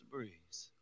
Breeze